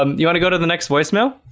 um you want to go to the next voicemail?